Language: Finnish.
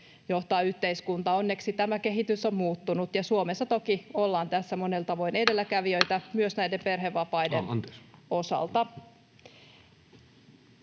johtaa yhteiskuntaa. Onneksi tämä kehitys on muuttunut, ja Suomessa toki ollaan tässä monella tavoin edelläkävijöitä myös näiden perhevapaiden osalta.